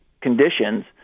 conditions